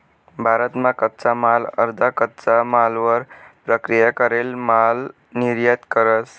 भारत मा कच्चा माल अर्धा कच्चा मालवर प्रक्रिया करेल माल निर्यात करस